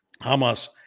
Hamas